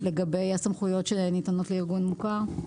לגבי הסמכויות שניתנות לארגון מוכר.